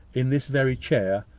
in this very chair,